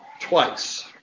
twice